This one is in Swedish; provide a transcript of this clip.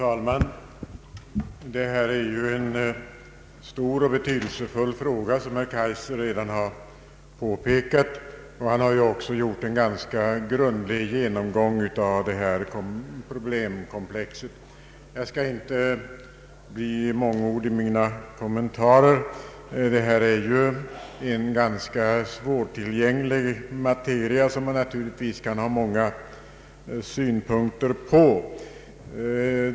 Herr talman! Detta är ju som herr Kaijser redan påpekat en stor och betydelsefull fråga. Han har också gjort en ganska grundlig genomgång av problemkomplexet. Jag skall inte bli mångordig i mina kommentarer. Detta är ju en ganska svårtillgänglig materia, som man naturligtvis kan ha många synpunkter på.